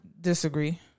disagree